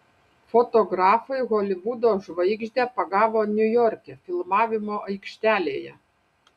fotografai holivudo žvaigždę pagavo niujorke filmavimo aikštelėje